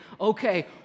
okay